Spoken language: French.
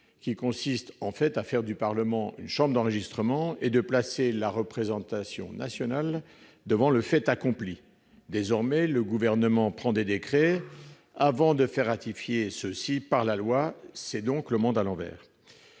qui consiste à faire du Parlement une chambre d'enregistrement et à placer la représentation nationale devant le fait accompli. Désormais, le Gouvernement prend des décrets avant de faire ratifier ceux-ci par la loi. C'est le monde à l'envers